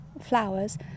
flowers